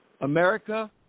America